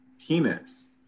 penis